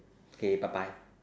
K bye bye